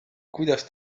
kuidas